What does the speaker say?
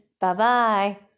Bye-bye